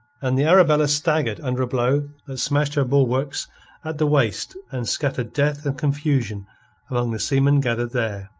and the arabella staggered under a blow that smashed her bulwarks at the waist and scattered death and confusion among the seamen gathered there.